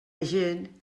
gent